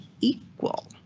equal